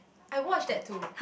I watch that too